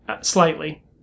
slightly